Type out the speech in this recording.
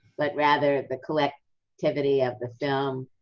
but rather the collectivity of the film.